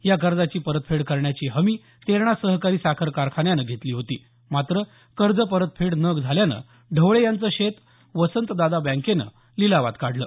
या कर्जाची परतफेड करण्याची हमी तेरणा सहकारी साखर कारखान्यान घेतली होती मात्र कर्ज परतफेड न झाल्यानं ढवळे यांचं शेत वसंतदादा बँकेनं लिलावात काढलं